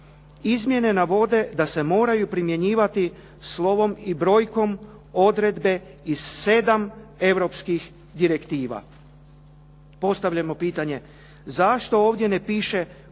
izmjene navode da se moraju primjenjivati slovom i brojkom odredbe iz sedam europskih direktiva. Postavljamo pitanje zašto ovdje ne piše